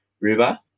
River